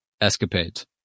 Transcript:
escapades